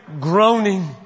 groaning